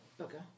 Okay